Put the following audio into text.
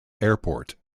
airport